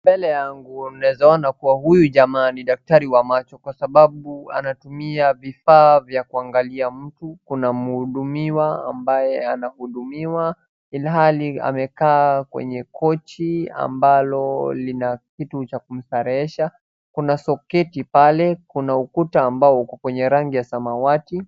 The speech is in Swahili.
Mbele yangu naweza ona huyu jamaa ni daktari wa macho kwa sababu anatumia vifaa vya kuangalia mtu, kuna mhudumiwa ambaye anahudumiwa ilhali amekaa kwenye kochi ambalo lina kitu cha kumstarehesha. Kuna soketi pale, kuna ukuta ambao uko kwenye rangi ya samawati.